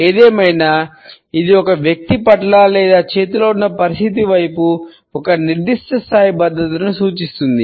ఏదేమైనా ఇది ఒక వ్యక్తి పట్ల లేదా చేతిలో ఉన్న పరిస్థితి వైపు ఒక నిర్దిష్ట స్థాయి భద్రతను సూచిస్తుంది